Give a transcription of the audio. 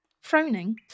Frowning